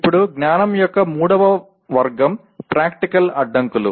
ఇప్పుడు జ్ఞానం యొక్క మూడవ వర్గం ప్రాక్టికల్ అడ్డంకులు